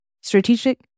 Strategic